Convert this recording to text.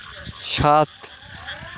সাত